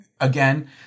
Again